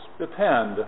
depend